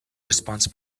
response